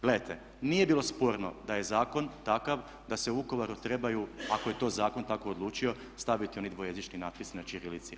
Gledajte, nije bilo sporno da je zakon takav da se u Vukovaru trebaju, ako je to zakon tako odlučio, staviti oni dvojezični natpisi na ćirilici.